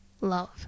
love